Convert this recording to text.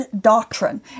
doctrine